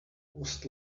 was